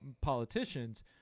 politicians